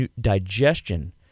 digestion